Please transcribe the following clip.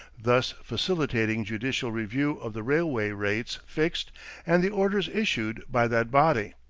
thus facilitating judicial review of the railway rates fixed and the orders issued by that body.